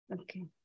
Okay